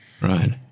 Right